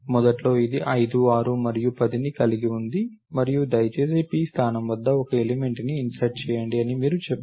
మొదట్లో ఇది 5 6 మరియు 10ని కలిగి ఉంది మరియు దయచేసి p స్థానం వద్ద ఒక ఎలిమెంట్ ని ఇన్సర్ట్ చేయండి అని మీరు చెప్పారు